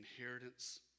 inheritance